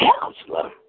Counselor